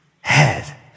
head